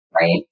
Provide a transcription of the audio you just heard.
right